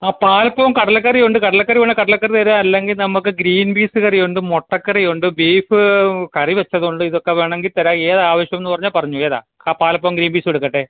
ആ പാലപ്പവും കടലക്കറിയുണ്ട് കടലക്കറി വേണേ കടലക്കറി തരാൻ അല്ലെങ്കിൽ നമുക്ക് ഗ്രീൻ പീസ് കറിയുണ്ട് മുട്ടക്കറിയുണ്ട് ബീഫ് കറിവെച്ചതു കൊണ്ട് ഇതൊക്കെ വേണമെങ്കിൽത്തരാം ഏതാണ് ആവശ്യമെന്നു പറഞ്ഞാൽ പറഞ്ഞോ ഏതാണ് ആ പാലപ്പവും ഗ്രീൻ പീസും എടുക്കട്ടെ